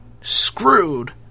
screwed